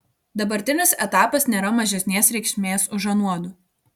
dabartinis etapas nėra mažesnės reikšmės už anuodu